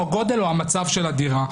גודל או המצב של הדירה.